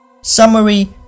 Summary